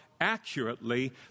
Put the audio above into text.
accurately